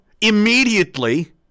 immediately